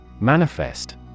Manifest